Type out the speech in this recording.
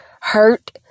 hurt